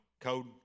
code